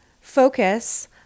focus